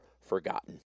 forgotten